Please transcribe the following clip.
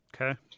Okay